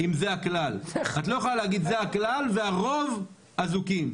את לא יכולה להגיד, זה הכלל והרוב אזוקים.